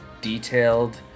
detailed